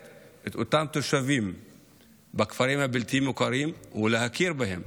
את אותם תושבים בכפרים הבלתי-מוכרים ולהכיר בהם,